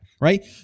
right